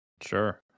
Sure